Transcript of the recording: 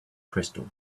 crystal